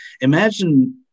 imagine